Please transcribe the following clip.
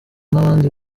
n’abandi